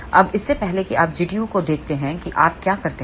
अब इससे पहले कि आप Gtu को देखते हैं कि आप क्या करते हैं